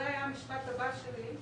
זה היה המשפט הבא שלי,